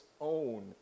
own